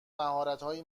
مهارتهایی